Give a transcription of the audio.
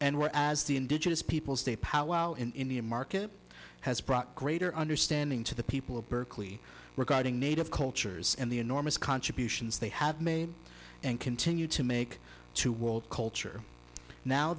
and were as the indigenous peoples day powell in indian market has brought greater understanding to the people of berkeley regarding native cultures and the enormous contributions they have made and continue to make to world culture now